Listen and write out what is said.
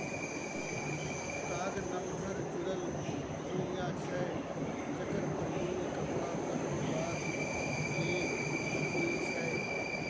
ताग नमहर जुरल रुइया छै जकर प्रयोग कपड़ा बनेबाक लेल होइ छै